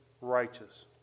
righteous